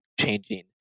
changing